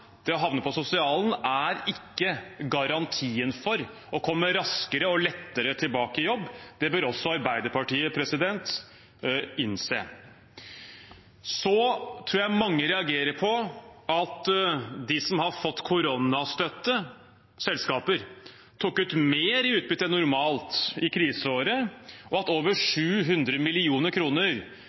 det å havne på sosialen, er ikke garantien for å komme raskere og lettere tilbake i jobb. Det bør også Arbeiderpartiet innse. Jeg tror mange reagerer på at selskaper som har fått koronastøtte, tok ut mer i utbytte enn normalt i kriseåret, og at over 700